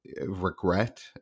regret